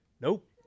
Nope